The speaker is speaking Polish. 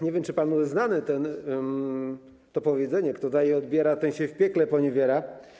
Nie wiem, czy panu jest znane to powiedzenie: kto daje i odbiera, ten się w piekle poniewiera.